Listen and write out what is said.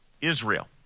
israel